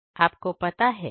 आपको पता है